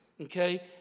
okay